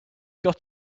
got